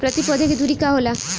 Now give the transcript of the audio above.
प्रति पौधे के दूरी का होला?